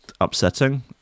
upsetting